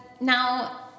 Now